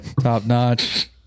top-notch